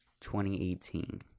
2018